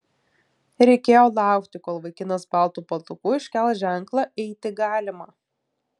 reikėjo laukti kol vaikinas baltu paltuku iškels ženklą eiti galima